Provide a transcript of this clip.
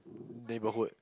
neighbourhood